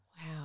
Wow